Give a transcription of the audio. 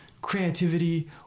creativity